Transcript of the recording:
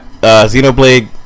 Xenoblade